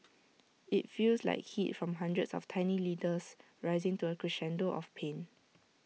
IT feels like heat from hundreds of tiny needles rising to A crescendo of pain